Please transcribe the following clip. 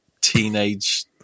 teenage